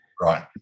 Right